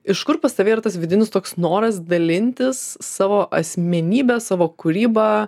iš kur pas tave yra tas vidinis toks noras dalintis savo asmenybe savo kūryba